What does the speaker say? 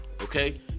okay